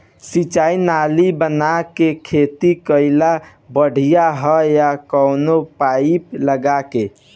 सिंचाई नाली बना के खेती कईल बढ़िया ह या कवनो पाइप लगा के?